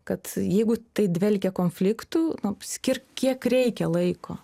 kad jeigu tai dvelkia konfliktu nu skirk kiek reikia laiko